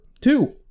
two